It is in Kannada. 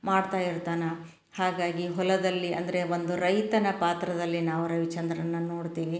ಮಾಡ್ತಾ ಇರ್ತಾನೆ ಹಾಗಾಗಿ ಹೊಲದಲ್ಲಿ ಅಂದರೆ ಒಂದು ರೈತನ ಪಾತ್ರದಲ್ಲಿ ನಾವು ರವಿಚಂದ್ರನನ್ನ ನೋಡ್ತೀವಿ